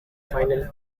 final